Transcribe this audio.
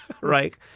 right